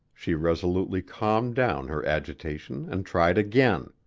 she resolutely calmed down her agitation and tried again.